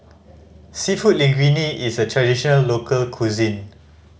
Seafood Linguine is a traditional local cuisine